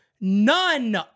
none